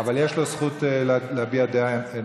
אבל יש לו זכות להביע דעה נוספת.